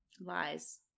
lies